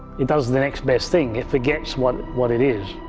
it does the next best thing it forgets what what it is.